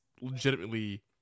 legitimately